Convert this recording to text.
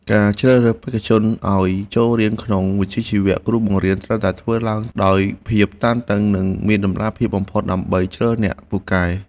ការជ្រើសរើសបេក្ខជនឱ្យចូលរៀនក្នុងវិជ្ជាជីវៈគ្រូបង្រៀនត្រូវធ្វើឡើងដោយភាពតឹងរ៉ឹងនិងមានតម្លាភាពបំផុតដើម្បីជ្រើសអ្នកពូកែ។